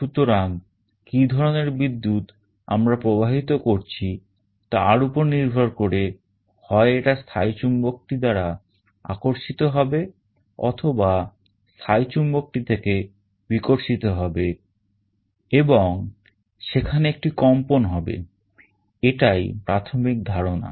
সুতরাং কি ধরনের বিদ্যুৎ আমরা প্রবাহিত করছি তার উপর নির্ভর করে হয় এটা স্থায়ী চুম্বকটি দ্বারা আকর্ষিত হবে অথবা স্থায়ী চুম্বকটি থেকে বিকর্ষিত হবে এবং সেখানে একটি কম্পন হবে এটাই প্রাথমিক ধারণা